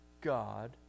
God